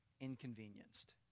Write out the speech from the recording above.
inconvenienced